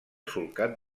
solcat